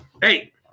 Hey